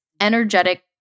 energetic